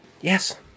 yes